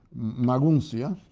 maguncia